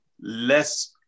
less